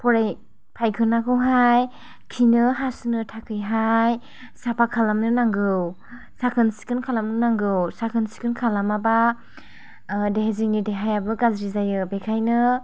फराय फायखानाखौहाय खिनो हासुनो थाखायहाय साफा खालामनो नांगौ साखोन सिखोन खालामनो नांगौ साखोन सिखोन खालामाबा जोंनि देहायाबो गाज्रि जायो बेखाइनो